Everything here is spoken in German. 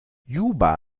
juba